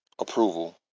approval